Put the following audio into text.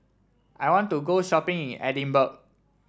I want to go shopping in Edinburgh